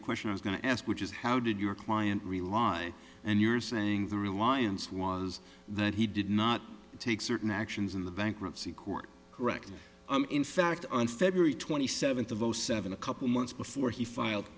a question i was going to ask which is how did your client rely and you're saying the reliance was that he did not take certain actions in the bankruptcy court correct in fact on february twenty seventh of zero seven a couple months before he filed